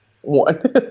One